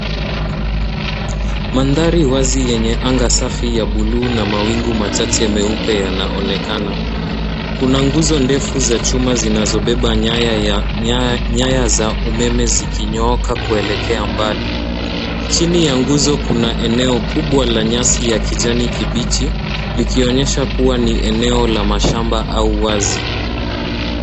Mandhari ya wazi yenye anga safi la buluu, likipambwa na mawingu machache meupe yanayoonekana mbali. Zinasimama nguzo ndefu za chuma zikibeba nyaya za umeme, zikinyooka kuelekea mbali. Chini ya nguzo kuna eneo kubwa lenye nyasi za kijani